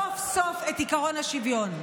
סוף-סוף את עקרון השוויון.